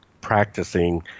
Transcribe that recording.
practicing